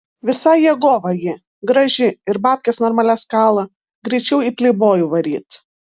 visai jėgova ji graži ir babkes normalias kala greičiau į pleibojų varyt